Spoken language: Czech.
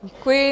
Děkuji.